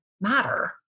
matter